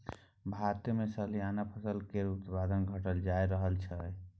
भारतमे सलियाना फसल केर उत्पादन घटले जा रहल छै